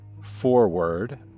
forward